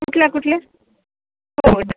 कुठल्या कुठल्या हो